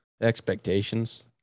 expectations